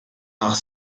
nach